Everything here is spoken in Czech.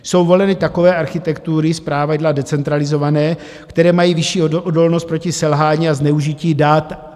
Jsou voleny takové architektury, zpravidla decentralizované, které mají vyšší odolnost proti selhání a zneužití dat.